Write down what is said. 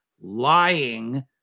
lying